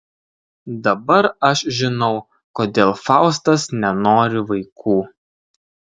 dabar aš žinau kodėl faustas nenori vaikų